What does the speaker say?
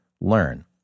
learn